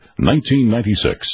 1996